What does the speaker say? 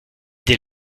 des